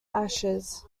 ashes